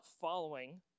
following